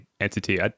entity